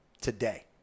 today